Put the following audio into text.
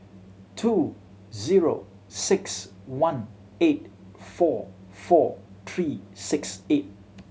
two zero six one eight four four three six eight